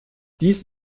dies